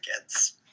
kids